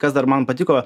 kas dar man patiko